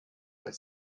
but